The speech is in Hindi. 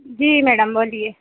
जी मैडम बोलिए